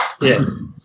Yes